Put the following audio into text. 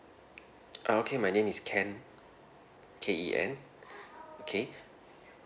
uh okay my name is ken K E N okay